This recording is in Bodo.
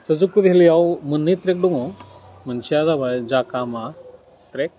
स' जुक' भेलियाव मोननै ट्रेक दङ मोनसेया जाबाय जाकामा ट्रेक